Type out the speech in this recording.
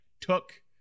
took